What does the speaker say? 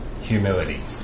humility